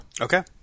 Okay